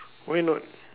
why not